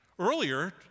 Earlier